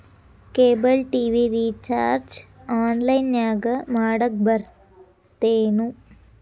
cable TV recharge ಆನ್ಲೈನ್ನ್ಯಾಗು ಮಾಡಕ ಬರತ್ತೇನು